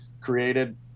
created